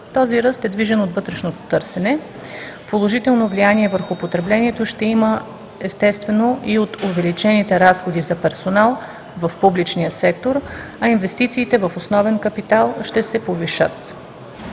Този ръст е движен от вътрешното търсене. Положително влияние върху потреблението ще има, естествено, и от увеличените разходи за персонал в публичния сектор, а инвестициите в основен капитал ще се повишат.